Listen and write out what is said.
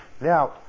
Now